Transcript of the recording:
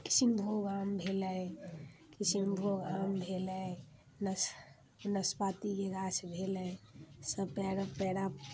किशनभोग आम भेलै किशनभोग आम भेलै नाश नाशपतीके गाछ भेलै सब प्यारा प्यारा